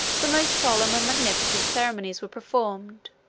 the most solemn and magnificent ceremonies were performed,